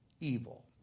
evil